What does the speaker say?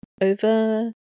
over